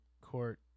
court